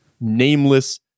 nameless